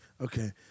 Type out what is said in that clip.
Okay